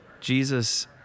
Jesus